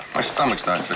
my stomach's not